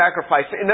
sacrifice